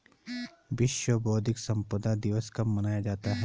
विश्व बौद्धिक संपदा दिवस कब मनाया जाता है?